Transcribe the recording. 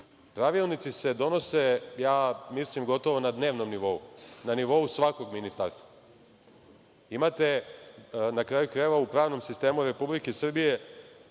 Pravilnici se donose, gotovo mislim na dnevnom nivou, na nivou svakog ministarstva. Imate, na kraju krajeva, u pravnom sistemu Republike Srbije